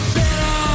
better